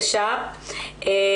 התשפ"א,